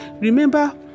Remember